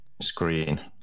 screen